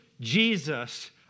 Jesus